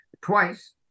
twice